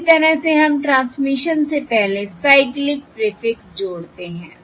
इसी तरह से हम ट्रांसमिशन से पहले साइक्लिक प्रीफिक्स जोड़ते हैं